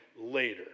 later